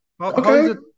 Okay